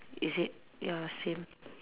is it ya same